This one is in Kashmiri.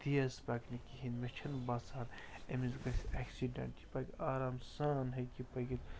تیز پَکنہِ کِہیٖنۍ مےٚ چھِنہٕ باسان أمِس گژھِ اٮ۪کسِڈٮ۪نٛٹ یہِ پَکہِ آرام سان ہٮ۪کہِ یہِ پٔکِتھ